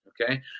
Okay